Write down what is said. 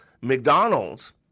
McDonald's